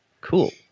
Cool